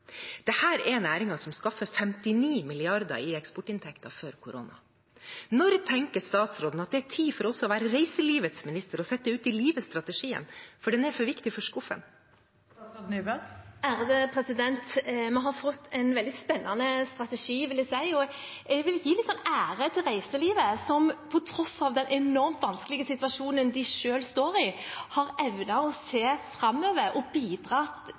er næringen som skaffet 59 mrd. kr i eksportinntekter før korona. Når tenker statsråden at det er tid for også å være reiselivets minister og sette strategien ut i livet? For den er for viktig for skuffen. Vi har fått en veldig spennende strategi, vil jeg si, og jeg vil gi ære til reiselivet som på tross av den enormt vanskelige situasjonen de selv står i, har evnet å se framover og bidra